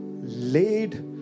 laid